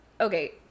Okay